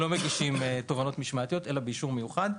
אנחנו לא מגישים תובענות משמעתיות אלא באישור מיוחד.